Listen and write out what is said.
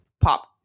pop